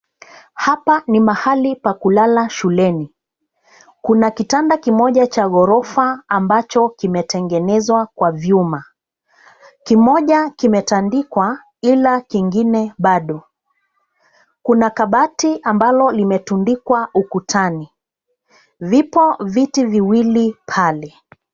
Hapa ni mahali pa kulala shuleni. Kuna kitanda kimoja cha ghorofa ambacho kimetengenezwa kwa vyuma. Kimoja kimetandikwa ila kingine bado. Kuna kabati ambalo limetundikwa ukutani. Vipo viti viwili pale.